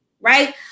right